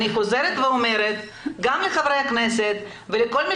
אני חוזרת ואומרת גם לחברי הכנסת ולכל מי